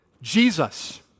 Jesus